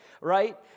right